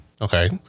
okay